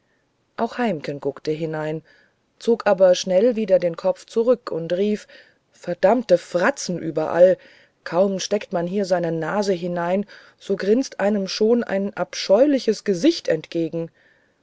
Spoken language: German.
auch heimken guckte hinein zog aber schnell wieder den kopf zurück und rief verdammte fratzen überall kaum steckt man hier seine nase wohin so grinst einem auch schon ein abscheuliches gesicht entgegen